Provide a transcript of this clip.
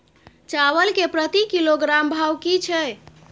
चावल के प्रति किलोग्राम भाव की छै?